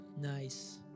Nice